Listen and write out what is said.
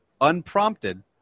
unprompted